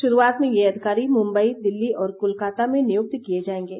शुरूआत में यह अधिकारी मुंबई दिल्ली और कोलकाता में नियुक्त किए जाएंगे